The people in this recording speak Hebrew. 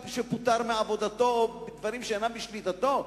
שפוטר מעבודתו או מדברים שאינם בשליטתו,